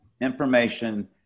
information